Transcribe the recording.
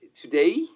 today